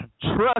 trust